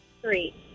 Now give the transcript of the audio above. Three